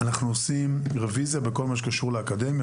אנחנו עושים רביזיה בכל מה שקשור לאקדמיה,